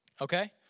okay